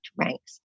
ranks